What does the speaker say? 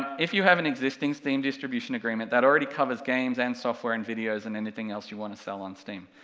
if you have an existing steam distribution agreement, that already covers games and software and videos and anything else you want to sell on steam.